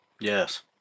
Yes